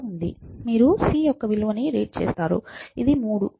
మీరు c యొక్క విలువను రీడ్చ చేస్తారు ఇది 3